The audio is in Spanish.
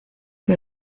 que